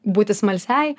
būti smalsiai